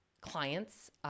clients